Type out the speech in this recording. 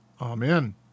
Amen